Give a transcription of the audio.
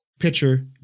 Pitcher